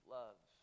love